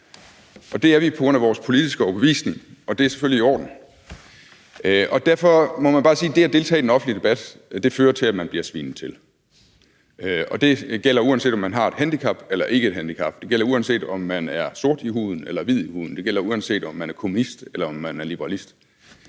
og det bliver vi på grund af vores politiske overbevisning, og det er selvfølgelig i orden. Derfor må man bare sige, at det at deltage i den offentlige debat fører til, at man bliver svinet til, og det gælder, uanset om man har et handicap eller ikke har et handicap; det gælder, uanset om man er sort i huden eller hvid i huden; det gælder, uanset om man er kommunist eller liberalist.